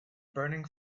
burning